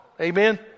amen